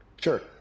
sure